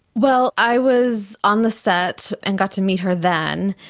well, i was on the set and got to meet her then,